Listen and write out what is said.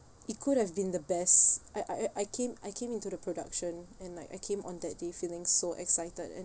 it could have been the best I I I came I came into the production and like I came on that day feeling so excited and